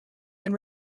than